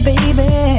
baby